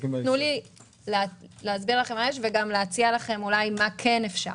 תנו לי להסביר לכם מה יש וגם להציע לכם מה כן אפשר.